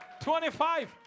25